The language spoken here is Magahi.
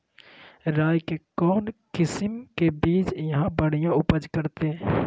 राई के कौन किसिम के बिज यहा बड़िया उपज करते?